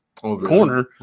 corner